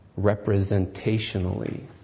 representationally